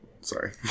sorry